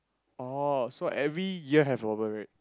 oh so every year have purple parade